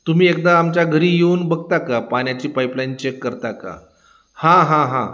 तुम्ही एकदा आमच्या घरी येऊन बघता का पाण्याची पाईपलाईन चेक करता का हां हां हां